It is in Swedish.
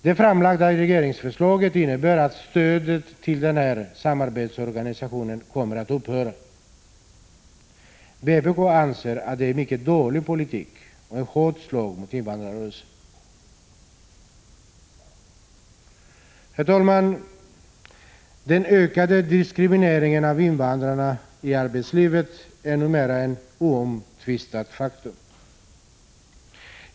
Det framlagda regeringsförslaget innebär att stödet till samarbetsorganet kommer att upphöra. Vpk anser att det är en mycket dålig politik och ett hårt slag mot invandrarrörelsen. Herr talman! Den ökade diskrimineringen av invandrarna i arbetslivet är numera ett oomtvistat faktum.